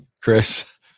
chris